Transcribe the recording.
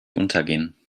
untergehen